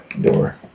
door